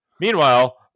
Meanwhile